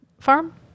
farm